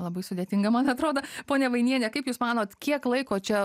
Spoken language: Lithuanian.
labai sudėtinga man atrodo ponia vainiene kaip jūs manot kiek laiko čia